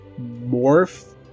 morph